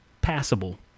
passable